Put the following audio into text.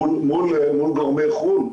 מול גורמי חו"ל?